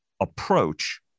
approach